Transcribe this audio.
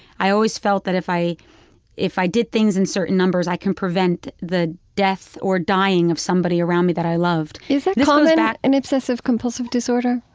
i always felt that if i if i did things in certain numbers i can prevent the death or dying of somebody around me that i loved is that called and an obsessive compulsive disorder?